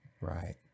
Right